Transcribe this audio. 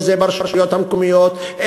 אם ברשויות המקומיות,